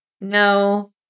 no